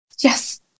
Yes